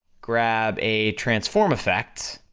grab a transform effect,